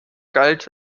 galt